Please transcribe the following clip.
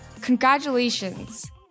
Congratulations